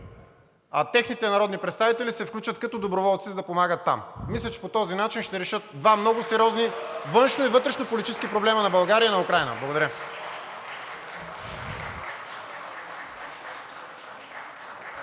а техните народни представители се включат като доброволци, за да помагат там. Мисля, че по този начин ще решат два много сериозни външни и вътрешни политически проблема на България и на Украйна. Благодаря.